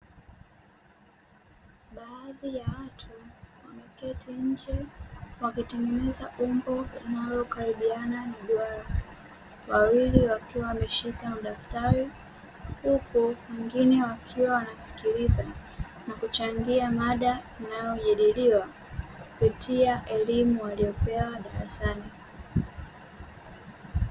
Baadhi ya watu, wameketi nje, wakitengeneza umbo linalokaribiana na duara, wawili wakiwa wameshika daftari, huku wengine wakiwa wanasikiliza na kuchangia mada inayojadiliwa, kupitia elimu wanayopewa darasani.